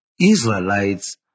Israelites